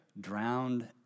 drowned